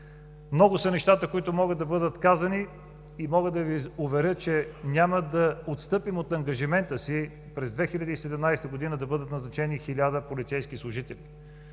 Много са нещата, които могат да бъдат казани и мога да Ви уверя, че няма да отстъпим от ангажимента си през 2017 г., да бъдат назначени 1000 полицейски служители.